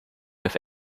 have